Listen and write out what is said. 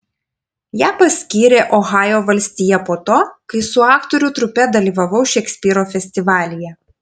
ją paskyrė ohajo valstija po to kai su aktorių trupe dalyvavau šekspyro festivalyje